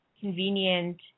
convenient